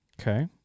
Okay